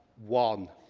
one.